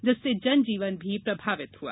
जिससे जनजीवन भी प्रभावित हुआ